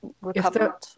recovered